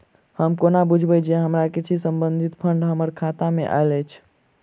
हम कोना बुझबै जे हमरा कृषि संबंधित फंड हम्मर खाता मे आइल अछि?